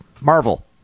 Marvel